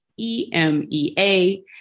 EMEA